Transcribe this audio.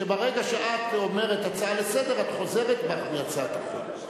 שברגע שאת אומרת "הצעה לסדר" את חוזרת בך מהצעת החוק.